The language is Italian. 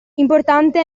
importante